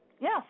Yes